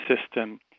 system